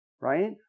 right